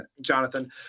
Jonathan